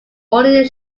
awning